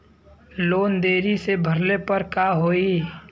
Loan देरी से भरले पर का होई?